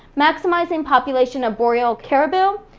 maximizing population of boreal caribou.